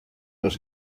los